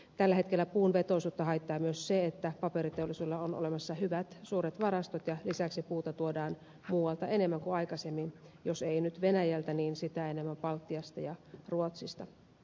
tällä hetkellä puun vetovoimaisuutta haittaa myös se että paperiteollisuudella on hyvät suuret varastot ja lisäksi puuta tuodaan muualta enemmän kuin aikaisemmin jos ei nyt venäjältä niin sitä enemmän baltiasta ja ruotsista